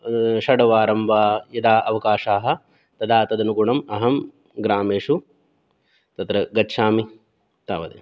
षड् वारं वा यदा अवकाशः तदा तदनुगुणम् अहं ग्रामेषु तत्र गच्छामि तावदेव